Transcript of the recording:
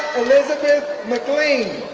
elizabeth mclean,